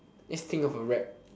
let's think of a rap